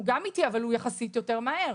הוא גם איטי אבל הוא יחסית יותר מהר.